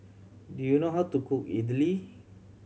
do you know how to cook Idili